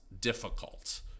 difficult